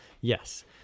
yes